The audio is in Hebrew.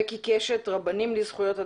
בקי קשת, רבנים לזכויות אדם,